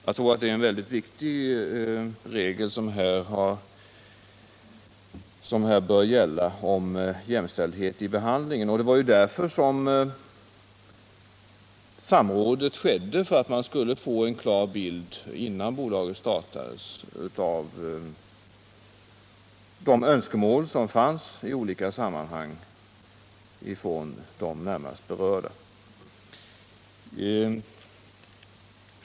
Jag tror alltså att jämställdhet i behandlingen är en mycket viktig regel som här bör gälla. Det var ju bl.a. därför som samråd skedde — för att man innan bolaget startades skulle få en klar bild av de önskemål som fanns i olika sammanhang från de närmast berörda.